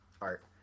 Art